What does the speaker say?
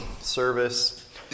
service